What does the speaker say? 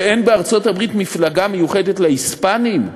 שאין בארצות-הברית מפלגה מיוחדת להיספנים,